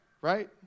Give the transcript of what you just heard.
Right